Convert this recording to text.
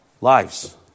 lives